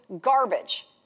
garbage